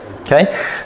Okay